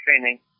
training